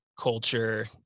culture